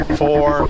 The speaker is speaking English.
four